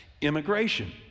immigration